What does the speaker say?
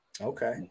Okay